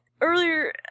earlier